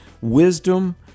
wisdom